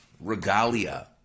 regalia